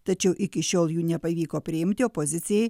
tačiau iki šiol jų nepavyko priimti opozicijai